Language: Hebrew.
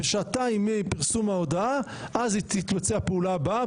בשעתיים מפרסום ההודעה אז תתבצע הפעולה הבאה.